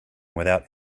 without